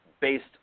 based